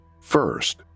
First